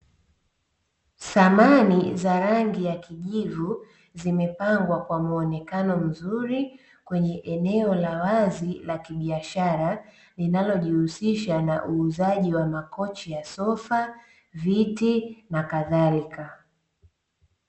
Samani za rangi ya kijivu zimepagwa kwa mwonekano mzuri kwenye eneo la wazi la kibiashara linalojihusisha na uuzaji wa makochi ya sofa, viti nakdhalila (n.k)